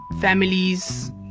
families